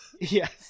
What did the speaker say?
Yes